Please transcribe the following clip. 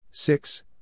Six